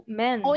men